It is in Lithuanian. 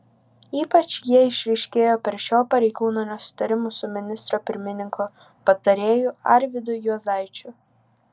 ypač jie išryškėjo per šio pareigūno nesutarimus su ministro pirmininko patarėju arvydu juozaičiu